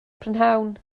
prynhawn